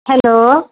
hello